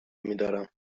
میدارم